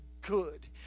good